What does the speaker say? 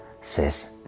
says